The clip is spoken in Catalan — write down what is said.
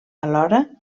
alhora